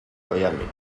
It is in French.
programmée